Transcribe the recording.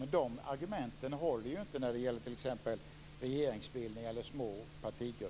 Men dessa argument håller ju inte när det gäller t.ex. regeringsbildning eller små partigrupper.